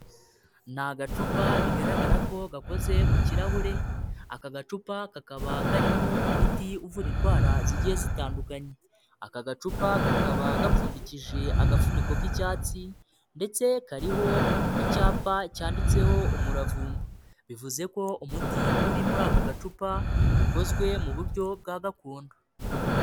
Ni agacupa bigaragara ko gakoze mu kirahure, aka gacupa kakaba karimo umuti uvura indwara zigiye zitandukanye. Aka gacupa kakaba gapfundikije agafuniko k'icyatsi, ndetse kariho icyapa cyanditseho umuravumba, bivuze ko umuti uri muri aka gacupa ukozwe mu buryo bwa gakondo.